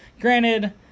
Granted